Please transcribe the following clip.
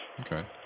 Okay